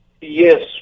Yes